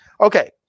Okay